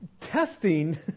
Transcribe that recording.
Testing